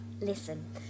Listen